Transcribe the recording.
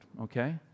okay